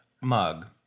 mug